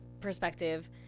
perspective